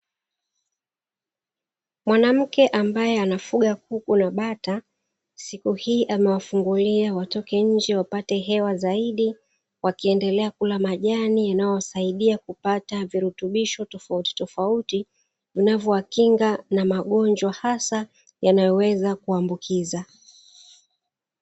Mwanamke ambaye anafuga kuku na bata, siku hii amewafungulia watoke nje wapate hewa zaidi wakiendelea kula majani yanayowasaidia kupata virutubisho tofautitofauti vinavyowakinga na magonjwa hasa yanayoweza kuambukiza.